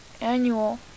annual